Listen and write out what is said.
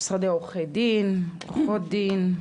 ומשרדי עורכי דין, עורכות דין.